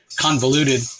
convoluted